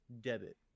debit